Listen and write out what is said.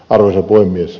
arvoisa puhemies